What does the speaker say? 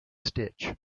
stitch